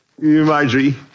Marjorie